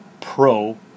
Pro